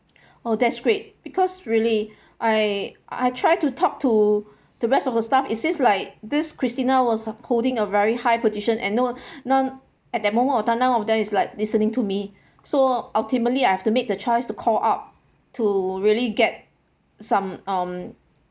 oh that's great because really I I try to talk to the rest of the staff it seems like this christina was holding a very high position and no none at the moment of time none of them is like listening to me so ultimately I have to make the choice to call up to really get some um